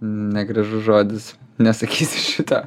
negražus žodis nesakysiu šito